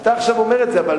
אתה אומר את זה עכשיו,